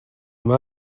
yma